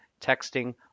texting